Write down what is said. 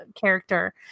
character